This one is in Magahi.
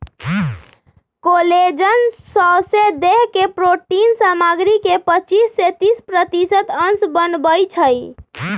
कोलेजन सौसे देह के प्रोटिन सामग्री के पचिस से तीस प्रतिशत अंश बनबइ छइ